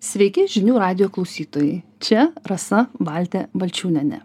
sveiki žinių radijo klausytojai čia rasa baltė balčiūnienė